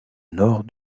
nord